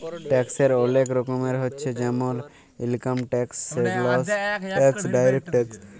ট্যাক্সের ওলেক রকমের হচ্যে জেমল income tax, sales tax, direct tax